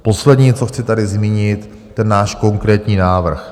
Poslední, co chci tady zmínit, je ten náš konkrétní návrh.